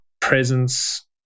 presence